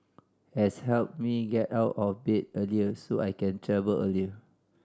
has helped me get out of bed earlier so I can travel earlier